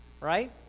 right